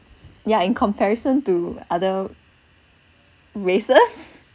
yeah in comparison to other races